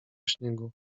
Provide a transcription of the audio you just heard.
śniegu